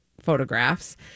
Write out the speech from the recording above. photographs